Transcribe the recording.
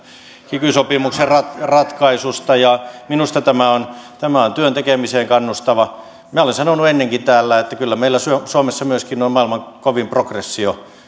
kiky sopimuksen ratkaisusta minusta tämä on tämä on työn tekemiseen kannustava minä olen sanonut ennenkin täällä että kyllä meillä suomessa myöskin on maailman kovin progressio